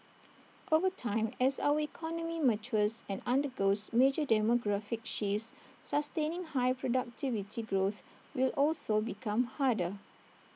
over time as our economy matures and undergoes major demographic shifts sustaining high productivity growth will also become harder